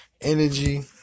energy